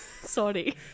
Sorry